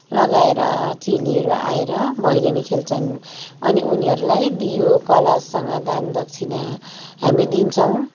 लगाएर चेलीहरू आएर भैलिनी खेल्छन् अनि उनीहरूलाई दियो कलशसँग दान दक्षिणा हामी दिन्छौँ